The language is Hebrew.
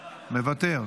מוותר,